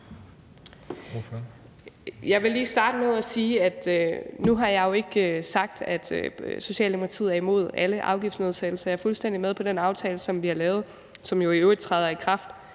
Jeg vil lige starte med at sige, at jeg jo ikke har sagt, at Socialdemokratiet er imod alle afgiftsnedsættelser, og jeg er fuldstændig med på den aftale, som vi har lavet, og som jo i øvrigt træder i kraft